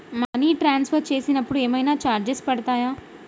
Money transfer చేసినప్పుడు ఏమైనా charges పడతయా?